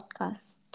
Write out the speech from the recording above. podcast